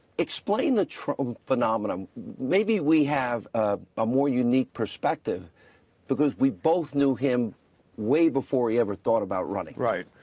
explain the trump phenomenon. maybe we have ah a more unique perspective because we both knew him way before he ever thought about running. rush right.